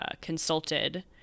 consulted